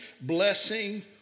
blessing